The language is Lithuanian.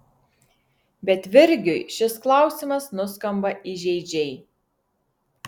bet virgiui šis klausimas nuskamba įžeidžiai